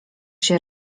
się